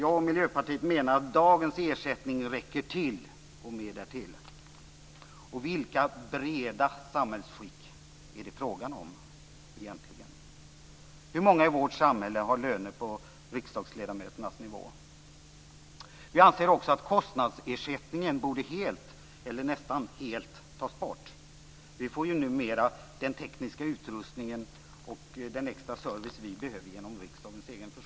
Jag och Miljöpartiet menar att dagens ersättning räcker till, och mer därtill. Vilka breda samhällsskikt är det egentligen frågan om? Hur många i vårt samhälle har löner på riksdagsledamöternas nivå?